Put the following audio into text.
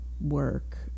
work